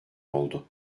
oldu